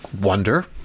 wonder